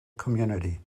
community